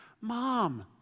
Mom